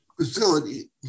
facility